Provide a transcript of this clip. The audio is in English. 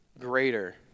greater